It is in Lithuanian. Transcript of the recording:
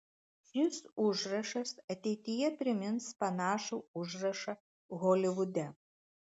šis užrašas ateityje primins panašų užrašą holivude